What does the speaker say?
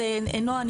אז נעה,